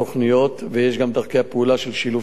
ויש גם דרכי פעולה לשילוב בין המשרדים.